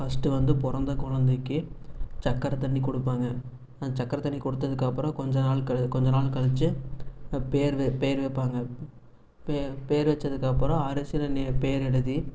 first வந்து பிறந்த குழந்தைக்கு சக்கரை தண்ணி கொடுப்பாங்க அந்த சக்கரை தண்ணி கொடுத்ததுக்கப்பறம் கொஞ்சம் நாள் கொஞ்ச நாள் கழிச்சு பேர் பேர் வைப்பாங்க பேர் பேர் வச்சதுக்கப்பறம் அரசியில பேர் எழுதி